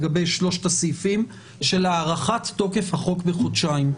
לגבי שלושת הסעיפים של הארכת תוקף החוק בחודשיים.